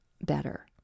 better